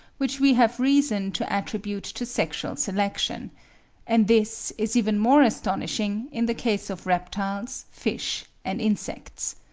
which we have reason to attribute to sexual selection and this is even more astonishing in the case of reptiles, fish, and insects.